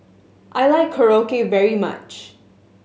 I like Korokke very much